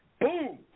boom